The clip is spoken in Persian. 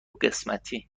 قسمتی